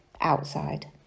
outside